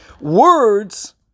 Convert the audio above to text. words